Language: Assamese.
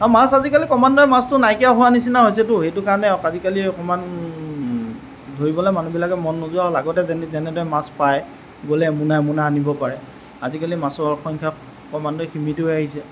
মাছ আজিকালি ক্ৰমান্বয়ে নাইকিয়া হোৱা নিচিনা হৈছেটো সেইটো কাৰণে আজিকালি অকমান ধৰিবলে মানুহবিলাকৰ মন নোজোৱা হ'ল আগতে যেনে যেনেদৰে মাছ পায় গ'লেই এমুনা এমুনা আনিব পাৰে আজিকালি মাছৰ সংখ্যা ক্ৰমান্বয়ে সিমিত হৈ আহিছে